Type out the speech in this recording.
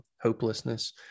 Hopelessness